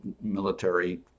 military